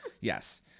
Yes